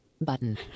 Button